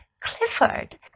Clifford